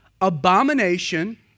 abomination